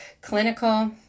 clinical